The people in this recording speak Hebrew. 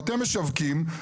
אתם משווקים,